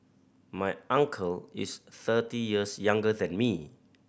my uncle is thirty years younger than me